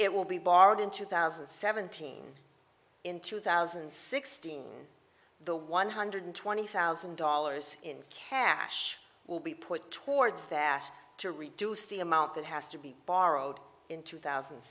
it will be borrowed in two thousand and seventeen in two thousand and sixteen the one hundred twenty thousand dollars in cash will be put towards that to reduce the amount that has to be borrowed in two thousand